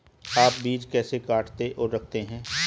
आप बीज कैसे काटते और रखते हैं?